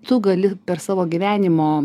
tu gali per savo gyvenimo